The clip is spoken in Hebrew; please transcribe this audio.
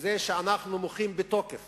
אנחנו מוחים בתוקף